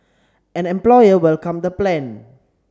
an employer welcomed the plan